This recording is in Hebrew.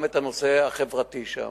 גם את הנושא החברתי שם.